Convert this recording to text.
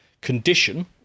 condition